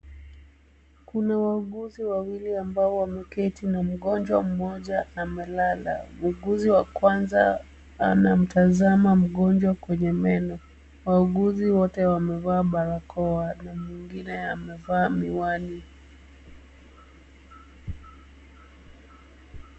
Kuna wauguzi wawili ambao wameketi na mgonjwa mmoja amelala . Muuguzi wa kwanza anamtazama mgonjwa kwenye meno. Wauguzi wote wamevaa barakoa na mwingine amevaa miwani.